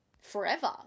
forever